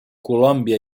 colòmbia